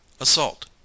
Assault